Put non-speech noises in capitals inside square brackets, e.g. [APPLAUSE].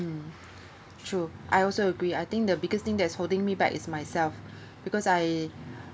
true I also agree I think the biggest thing that's holding me back is myself [BREATH] because I